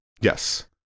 yes